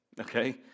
okay